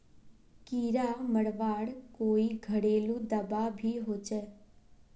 कीड़ा मरवार कोई घरेलू दाबा भी होचए?